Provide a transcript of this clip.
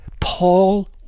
Paul